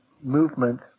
movement